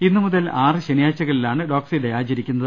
ഇന്ന് മുതൽ ആറ് ശനിയാഴ്ചകളിലാണ് ഡോക്സി ഡേ ആച രിക്കുന്നത്